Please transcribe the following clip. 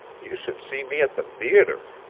you should see me at the theatre.